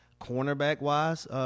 cornerback-wise